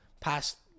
past